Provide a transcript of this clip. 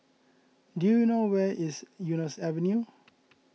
do you know where is Eunos Avenue